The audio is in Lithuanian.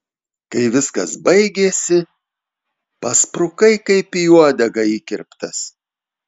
kai viskas baigėsi pasprukai kaip į uodegą įkirptas